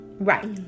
Right